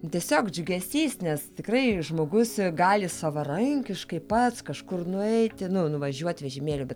tiesiog džiugesys nes tikrai žmogus gali savarankiškai pats kažkur nueiti nu nuvažiuot vežimėliu bet